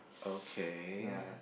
okay